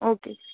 okay